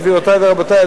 גבירותי ורבותי,